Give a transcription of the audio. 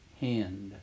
Hand